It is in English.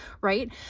right